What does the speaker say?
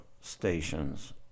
stations